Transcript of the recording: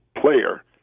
player